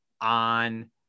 on